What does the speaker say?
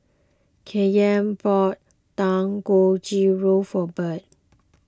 Kyan bought Dangojiru for Bird